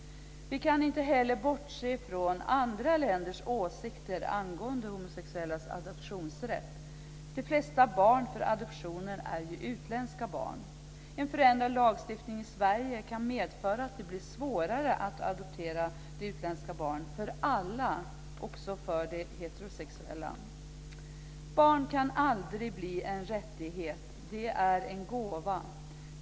Vi kan heller inte bortse från andra länders åsikter angående homosexuellas adoptionsrätt, de flesta barn för adoptioner är utländska barn. En förändrad lagstiftning i Sverige kan medföra att det blir svårare att adoptera utländska barn för alla, även för de heterosexuella. Barn kan aldrig bli en rättighet - det är en gåva.